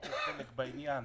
שייקח חלק בעניין.